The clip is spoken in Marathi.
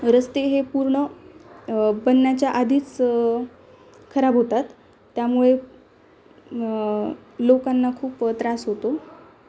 रस्ते हे पूर्ण बनण्याच्या आधीच खराब होतात त्यामुळे लोकांना खूप त्रास होतो